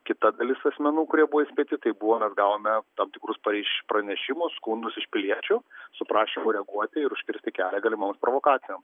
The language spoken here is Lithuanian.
kita dalis asmenų kurie buvo įspėti tai buvo mes gavome tam tikrus pareiš pranešimus skundus iš piliečių su prašymu reaguoti ir užkirsti kelią galimoms provokacijoms